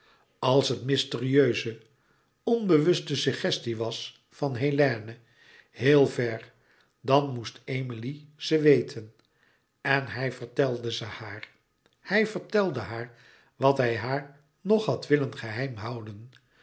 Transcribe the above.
als het mysterieuze onbewuste suggestie was van hélène heel ver dan moest emilie ze weten en hij vertelde ze haar hij vertelde haar wat hij haar nog had willen geheim houden